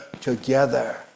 together